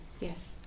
Yes